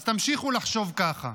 אז תמשיכו לחשוב ככה.